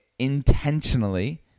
intentionally